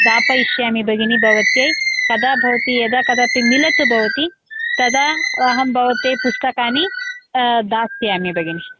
दापयिष्यामि भगिनि भवत्यै कदा भवती यदा कदापि मिलतु भवती तदा अहं भवत्यै पुस्तकानि दास्यामि भगिनि